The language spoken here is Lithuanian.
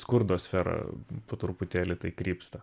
skurdo sfera po truputėlį tai krypsta